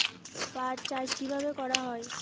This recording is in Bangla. পাট চাষ কীভাবে করা হয়?